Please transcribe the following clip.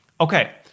okay